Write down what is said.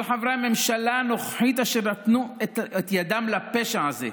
כל חברי הממשלה הנוכחית אשר נתנו את ידם לפשע הזה,